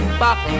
back